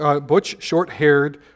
butch-short-haired